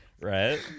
Right